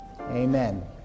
Amen